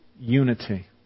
unity